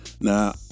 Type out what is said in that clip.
Now